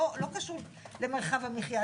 לא קשור למרחב המחיה.